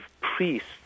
priests